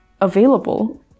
available